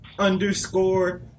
Underscore